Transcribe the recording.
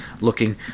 looking